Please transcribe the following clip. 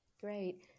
Great